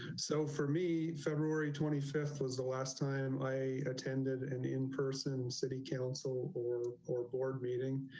so for me, february twenty five was the last time i attended and in person city council or or board meeting,